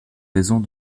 raisons